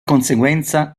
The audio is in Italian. conseguenza